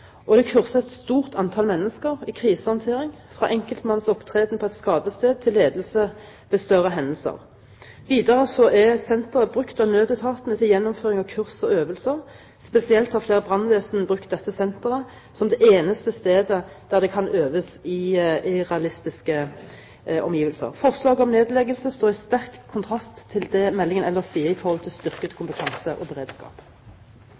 Sør-Vestlandet, og det kurser et stort antall mennesker i krisehåndtering – fra enkeltmannsopptreden på et skadested til ledelse ved større hendelser. Videre er senteret brukt av nødetatene til gjennomføring av kurs og øvelser. Spesielt har flere brannvesen brukt dette senteret som det eneste stedet der det kan øves i realistiske omgivelser. Forslaget om nedleggelse står i sterk kontrast til det som meldingen ellers sier i forhold til styrket kompetanse og beredskap.